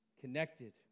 connected